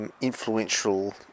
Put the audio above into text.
Influential